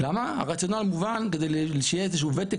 למה הרציונל המובן כדי שיהיה איזה שהוא ותק